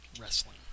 Wrestling